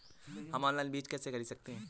हम ऑनलाइन बीज कैसे खरीद सकते हैं?